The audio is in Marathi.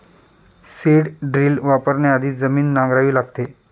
सीड ड्रिल वापरण्याआधी जमीन नांगरावी लागते